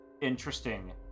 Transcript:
interesting